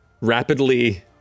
rapidly